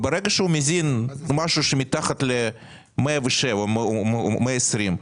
וברגע שהוא מזין משהו שמתחת ל-107 או 120,